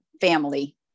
family